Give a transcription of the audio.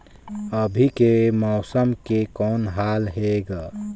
अभी के मौसम के कौन हाल हे ग?